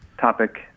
topic